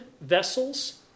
vessels